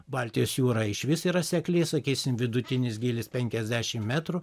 baltijos jūra išvis yra sekli sakysim vidutinis gylis penkiasdešim metrų